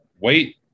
Wait